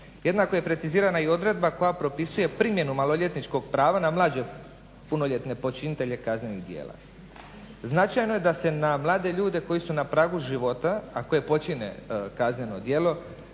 Jednako je precizirana i odredba koja propisuje primjenu maloljetničkog prava na mlađe punoljetne počinitelje kaznenih djela. Značajno je da se na mlade ljude koji su na pragu život, a koji počine kazneno djelo